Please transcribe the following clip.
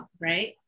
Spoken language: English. right